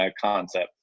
concept